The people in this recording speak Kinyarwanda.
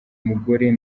mugore